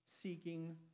seeking